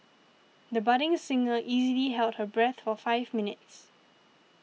the budding singer easily held her breath for five minutes